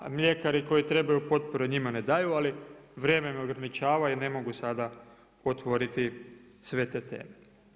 Mljekari koji trebaju potporu njima ne daju, ali vrijeme me ograničava i ne mogu sada otvoriti sve te teme.